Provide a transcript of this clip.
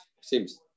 seems